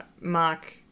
Mark